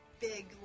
big